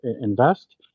invest